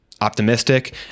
optimistic